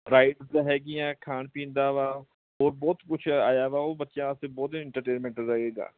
rides ਖਾਣ ਪੀਣ ਦਾ ਵਾ ਹੋਰ ਬਹੁਤ ਕੁਛ ਆਇਆ ਵਾ ਉਹ ਬੱਚਿਆਂ ਵਾਸਤੇ ਬਹੁਤ ਇੰਟਰਟੇਨਮੈਂਟ ਰਹੇਗਾ